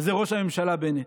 וזה ראש הממשלה בנט.